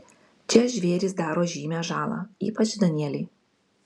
čia žvėrys daro žymią žalą ypač danieliai